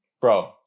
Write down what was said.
Bro